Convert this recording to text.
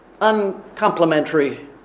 uncomplimentary